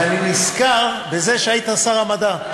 אני נזכר בזה שהיית שר המדע,